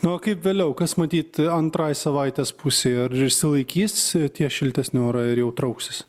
na o kaip vėliau kas matyt antrai savaitės pusei ar išsilaikys tie šiltesni orai ir jau trauksis